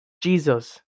Jesus